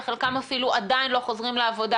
וחלקם אפילו עדיין לא חוזרים לעבודה.